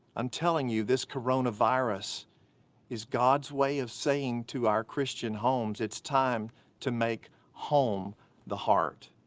i'm telling you, this coronavirus is god's way of saying to our christian homes it's time to make home the heart.